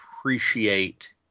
Appreciate